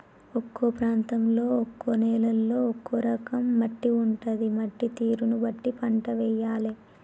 ఒక్కో ప్రాంతంలో ఒక్కో నేలలో ఒక్కో రకం మట్టి ఉంటది, మట్టి తీరును బట్టి పంట వేయాలే